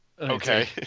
okay